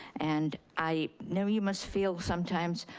and i know you must feel sometimes,